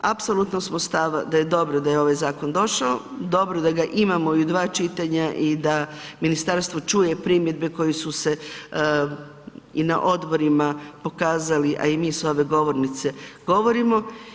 Apsolutno smo stava da je dobro da je ovaj zakon došao, dobro da ga imamo i u dva čitanja i da ministarstvo čuje primjedbe koje su se i na odborima pokazali, a i mi s ove govornice govorimo.